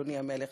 אדוני המלך,